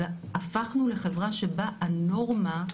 הפכנו לחברה שבה הנורמה,